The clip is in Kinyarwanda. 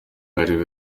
bari